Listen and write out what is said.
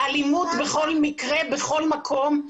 האלימות בכל מקרה ובכל מקום.